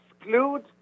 exclude